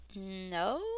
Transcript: no